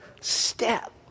step